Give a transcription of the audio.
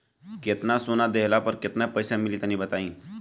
केतना सोना देहला पर केतना पईसा मिली तनि बताई?